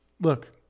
Look